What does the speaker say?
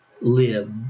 live